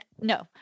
no